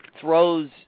throws